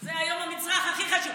זה היום המצרך הכי חשוב.